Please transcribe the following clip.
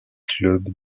clubs